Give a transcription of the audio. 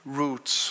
roots